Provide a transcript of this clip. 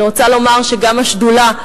אני רוצה לומר שגם השדולה,